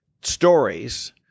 stories